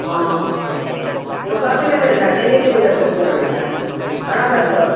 हा ॿियो किथे किथे वेंदा आहियो कंहिंजे कंहिंजे घर कम करण वेंदा आहियो घणा घर अथव